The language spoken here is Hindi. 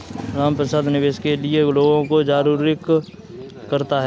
रामप्रसाद निवेश के लिए लोगों को जागरूक करता है